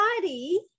body